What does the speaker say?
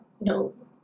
knows